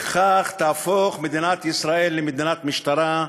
וכך תהפוך מדינת ישראל למדינת משטרה,